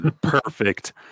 Perfect